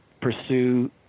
pursue